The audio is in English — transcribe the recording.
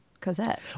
Cosette